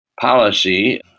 policy